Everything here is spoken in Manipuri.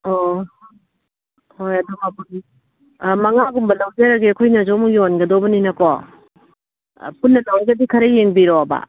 ꯑꯣ ꯍꯣꯏ ꯑꯗꯨ ꯃꯄꯨꯟ ꯃꯉꯥꯒꯨꯝꯕ ꯂꯧꯖꯔꯒꯦ ꯑꯩꯈꯣꯏꯅꯁꯨ ꯑꯃꯨꯛ ꯌꯣꯟꯒꯗꯧꯕꯅꯤꯅꯀꯣ ꯄꯨꯟꯅ ꯂꯧꯔꯒꯗꯤ ꯈꯔ ꯌꯦꯡꯕꯤꯔꯣꯕ